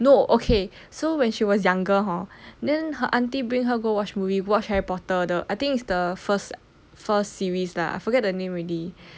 no okay so when she was younger hor then her aunty bring her go watch movie watch harry potter the I think the first first series lah I forget the name already